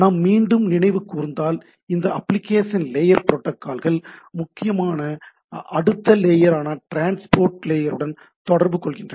நாம் மீண்டும் நினைவு கூர்ந்தால் இந்த அப்ளிகேஷன் லேயர் புரோட்டோக்கால்கள் முக்கியமாக அடுத்த லேயரான ட்ரான்ஸ்போர்ட் லேயருடன் தொடர்பு கொள்கின்றன